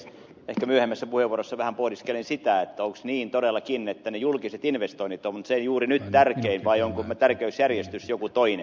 ehkä myöhemmässä puheenvuorossa vähän pohdiskelen sitä onko niin todellakin että ne julkiset investoinnit ovat juuri nyt se tärkein vai onko tärkeysjärjestys joku toinen